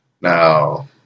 now